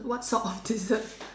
what sort of dessert